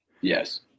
Yes